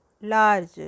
large